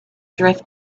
drift